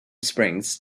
springs